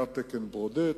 היה תקן ברודט,